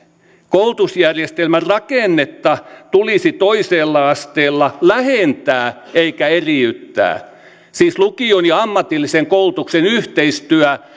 koulutusjärjestelmän rakennetta tulisi toisella asteella lähentää eikä eriyttää siis lukion ja ammatillisen koulutuksen yhteistyö